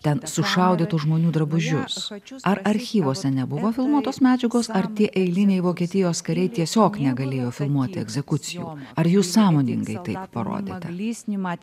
ten sušaudytų žmonių drabužius ar archyvuose nebuvo filmuotos medžiagos ar tie eiliniai vokietijos kariai tiesiog negalėjo filmuoti egzekucijų ar jūs sąmoningai tai parodėte